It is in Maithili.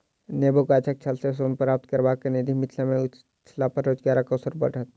नेबो गाछक छाल सॅ सोन प्राप्त करबाक विधि मिथिला मे अयलापर रोजगारक अवसर बढ़त